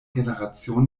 generation